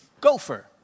Gopher